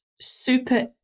super